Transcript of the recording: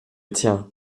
tien